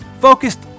focused